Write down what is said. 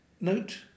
Note